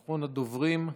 אחרון הדוברים,